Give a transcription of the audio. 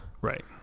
right